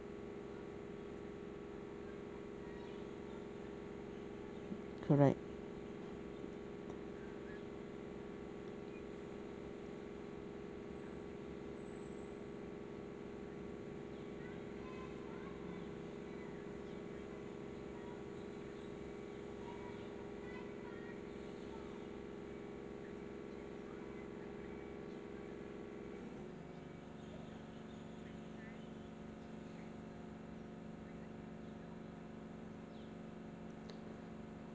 correct